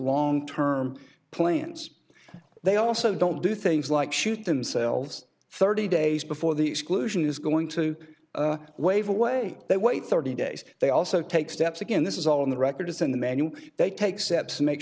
long term plans they also don't do things like shoot themselves thirty days before the exclusion is going to wave away they wait thirty days they also take steps again this is all in the record it's in the manual they take steps to make